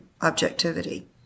objectivity